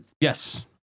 Yes